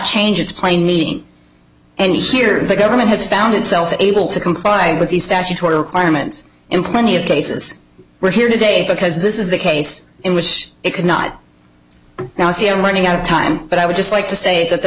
change its plain meaning and here the government has found itself able to comply with the statutory requirements in plenty of cases we're here today because this is the case in which it cannot now see a running out of time but i would just like to say that the